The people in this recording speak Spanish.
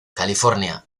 california